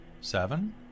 seven